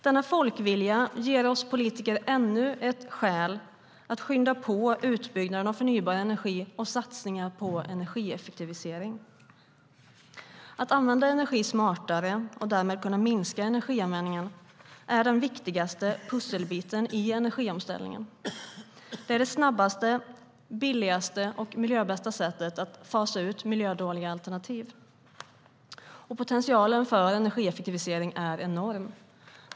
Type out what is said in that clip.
Denna folkvilja ger oss politiker ännu ett skäl att skynda på utbyggnaden av förnybar energi och satsningar på energieffektivisering. Att använda energi smartare och därmed kunna minska energianvändningen är den viktigaste pusselbiten i energiomställningen. Det är det snabbaste, billigaste och miljöbästa sättet att fasa ut miljödåliga alternativ. Och potentialen för energieffektivisering är enorm.